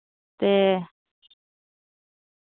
ते